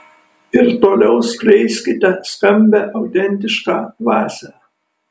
ir toliau skleiskite skambią autentišką dvasią